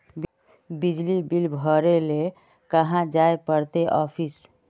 बिजली बिल भरे ले कहाँ जाय पड़ते ऑफिस?